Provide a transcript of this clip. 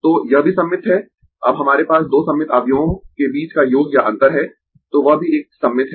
तो यह भी सममित है अब हमारे पास दो सममित आव्यूहों के बीच का योग या अंतर है तो वह भी एक सममित है